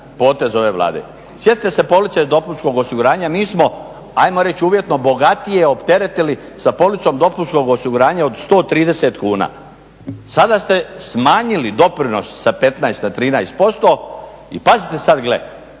potez ove Vlade, sjetite se police dopunskog osiguranja. Mi smo ajmo reći uvjetno bogatije opteretili sa policom dopunskog osiguranja od 130 kuna. Sada ste smanjili doprinos sa 15 na 13% i pazite sad gle,